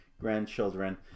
grandchildren